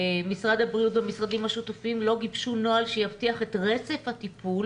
משרד הבריאות והמשרדים השותפים לא גיבשו נוהל שיבטיח את רצף הטיפול